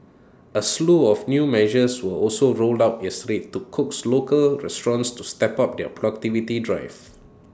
A slew of new measures were also rolled out yesterday to coax local restaurants to step up their productivity drive